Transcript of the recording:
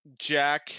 Jack